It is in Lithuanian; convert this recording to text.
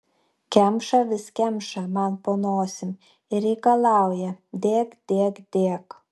kemša vis kemša man po nosim ir reikalauja dėk dėk dėk